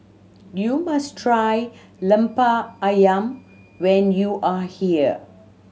you must try Lemper Ayam when you are here